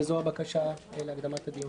וזו הבקשה להקדמת הדיון.